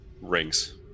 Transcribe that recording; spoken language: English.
rings